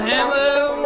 Hammer